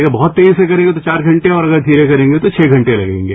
अगर बहुत तेजी से करेगा तो चार घंटे और धीरे से करेंगे तो छह घंटे लगेंगे